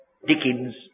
Dickens